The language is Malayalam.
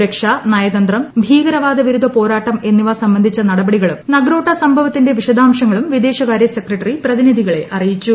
സുരക്ഷ നയതന്ത്രം ഭീകരവാദ വിരുദ്ധ പോരാട്ടം എന്നിവ സംബന്ധിച്ച നടപടികളും നഗ്രോട്ട സംഭവത്തിന്റെ വിശദാംശങ്ങളും വിദേശകാര്യ സെക്രട്ടറി പ്രതിനിധികളെ അറിയിച്ചു